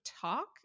talk